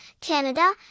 Canada